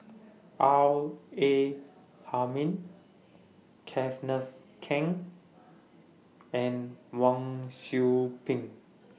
R A Hamid Kenneth Keng and Wang Sui Pick